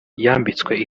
yambitswe